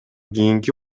кийинки